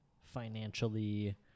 financially